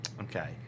Okay